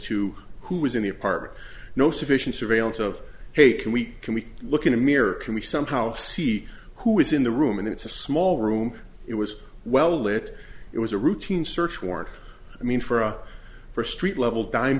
to who was in the apartment no sufficient surveillance of hey can we can we look in a mirror can we somehow see who is in the room and it's a small room it was well it it was a routine search warrant i mean for a for street level dime